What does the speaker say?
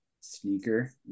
sneaker